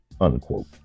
unquote